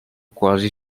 quasi